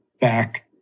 back